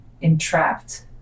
entrapped